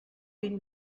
vint